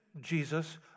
Jesus